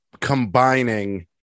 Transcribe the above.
combining